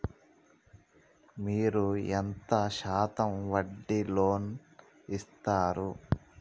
మీరు ఎంత శాతం వడ్డీ లోన్ ఇత్తరు?